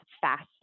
fast